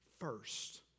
first